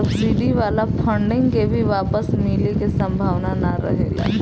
subsidy वाला funding के भी वापस मिले के सम्भावना ना रहेला